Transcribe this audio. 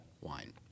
wine